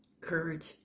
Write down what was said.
Courage